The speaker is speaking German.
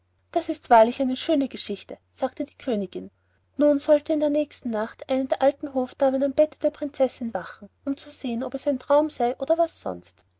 das wäre wahrlich eine schöne geschichte sagte die königin nun sollte in der nächsten nacht eine der alten hofdamen am bette der prinzessin wachen um zu sehen ob es ein traum sei oder was sonst